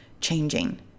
changing